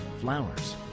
flowers